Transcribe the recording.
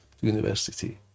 university